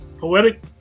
poetic